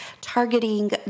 targeting